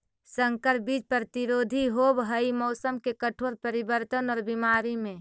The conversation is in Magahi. संकर बीज प्रतिरोधी होव हई मौसम के कठोर परिवर्तन और बीमारी में